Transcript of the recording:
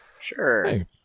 sure